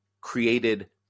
created